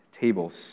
tables